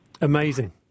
Amazing